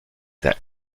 that